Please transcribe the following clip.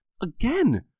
Again